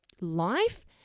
life